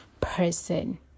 person